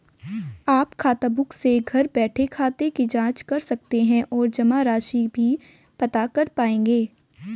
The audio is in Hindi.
आप खाताबुक से घर बैठे खाते की जांच कर सकते हैं और जमा राशि भी पता कर पाएंगे